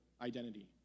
identity